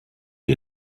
die